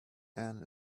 ann